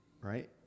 right